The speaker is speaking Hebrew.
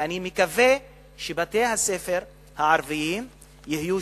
ואני מקווה שבתי-הספר הערביים יהיו